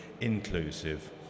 inclusive